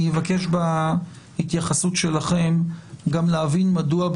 אני מבקש בהתייחסות שלכם גם להבין מה הקריטריונים,